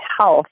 health